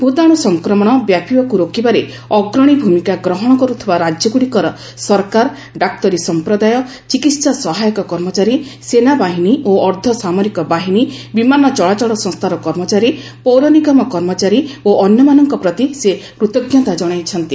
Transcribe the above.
ଭୂତାଣୁ ସଂକ୍ରମଣ ବ୍ୟାପିବାକୁ ରୋକିବାରେ ଅଗ୍ରଣୀ ଭୂମିକା ଗ୍ରହଣ କରୁଥିବା ରାଜ୍ୟଗୁଡ଼ିକର ସରକାର ଡାକ୍ତରୀ ସଂପ୍ରଦାୟ ଚିକିତ୍ସା ସହାୟକ କର୍ମଚାରୀ ସେନାବାହିନୀ ଓ ଅର୍ଦ୍ଧସାମରିକ ବାହିନୀ ବିମାନ ଚଳାଚଳ ସଂସ୍ଥାର କର୍ମଚାରୀ ପୌର ନିଗମ କର୍ମଚାରୀ ଓ ଅନ୍ୟମାନଙ୍କ ପ୍ରତି ସେ କୃତଜ୍ଞତା ଜଣାଇଛନ୍ତି